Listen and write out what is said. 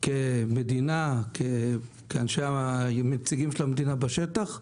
כנציגים של המדינה בשטח,